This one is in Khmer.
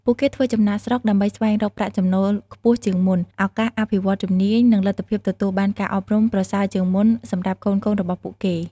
ពួកគេធ្វើចំណាកស្រុកដើម្បីស្វែងរកប្រាក់ចំណូលខ្ពស់ជាងមុន ឱកាសអភិវឌ្ឍន៍ជំនាញ និងលទ្ធភាពទទួលបានការអប់រំប្រសើរជាងមុនសម្រាប់កូនៗរបស់ពួកគេ។